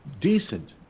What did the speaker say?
decent